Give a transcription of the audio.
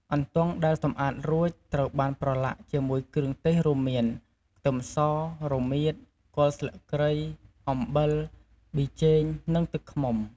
អន្ទង់ដែលសម្អាតរួច ត្រូវបានប្រឡាក់ជាមួយគ្រឿងទេសរួមមាន ខ្ទឹមស រមៀត គល់ស្លឹកគ្រៃ អំបិល ប៊ីចេង និងទឹកឃ្មុំ។